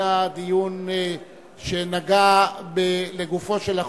זה היה דיון שנגע לגופו של החוק,